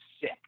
sick